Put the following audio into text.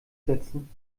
setzen